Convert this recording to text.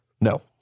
No